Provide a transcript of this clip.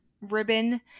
ribbon